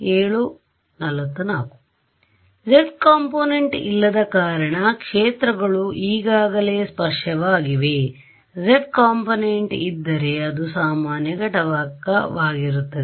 → Z component ಇಲ್ಲದ ಕಾರಣ ಕ್ಷೇತ್ರಗಳು ಈಗಾಗಲೇ ಸ್ಪರ್ಶವಾಗಿವೆ z ಕೋಂಪೊನೆಂಟ್ಇದ್ದರೆ ಅದು ಸಾಮಾನ್ಯ ಘಟಕವಾಗಿರುತ್ತದೆ